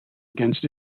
against